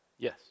Yes